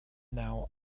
now